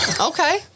okay